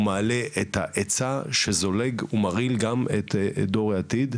ומעלה את ההיצע שזולג ומרעיל גם את דור העתיד,